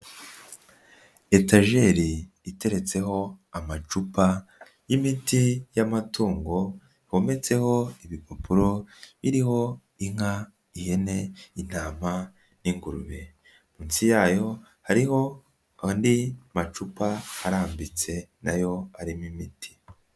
Etajeri iteretseho amacupa y'imiti y'amatungo hometseho ibipapuro, iriho inka, ihene, intama n'ingurube, munsi yayo hariho andi macupa arambitse na yo arimo imiti.